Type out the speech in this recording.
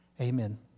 Amen